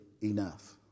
enough